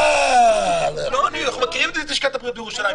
אנחנו מכירים את לשכת הבריאות בירושלים,